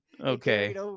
Okay